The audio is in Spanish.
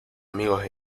amigos